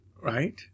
right